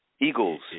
Eagles